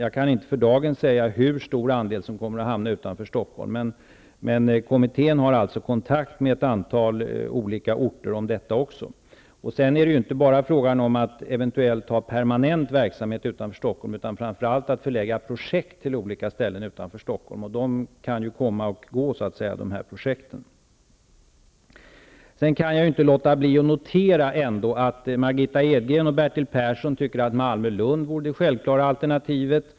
Jag kan inte för dagen säga hur stor andel som kommer att hamna utanför Stockholm, men kommittén har kontakt med ett antal olika orter utanför Stockholm. Det är vidare inte bara fråga om att eventuellt ha permanent verksamhet utanför Stockholm, utan framför allt om att förlägga olika projekt till orter utanför Stockholmsområdet. Dessa projekt kan ju så att säga komma och gå. Jag kan ändå inte låta bli att notera att Margitta Edgren och Bertil Persson tycker att Malmö--Lund är det självklara alternativet.